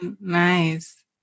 Nice